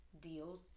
deals